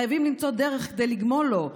חייבים למצוא דרך כדי לגמול לו,